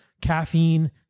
Caffeine